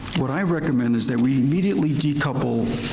what i recommend is that we immediately decouple